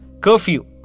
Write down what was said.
curfew